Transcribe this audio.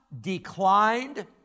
declined